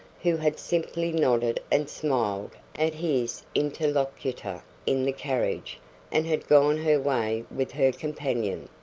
who had simply nodded and smiled at his interlocutor in the carriage and had gone her way with her companion.